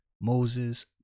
Moses